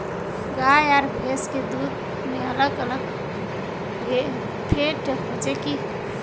गाय आर भैंस के दूध में अलग अलग फेट होचे की?